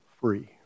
free